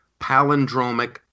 palindromic